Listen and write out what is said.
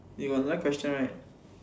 you got another question right